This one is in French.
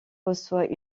reçoit